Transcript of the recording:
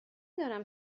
دانم